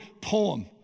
poem